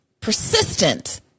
persistent